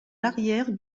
l’arrière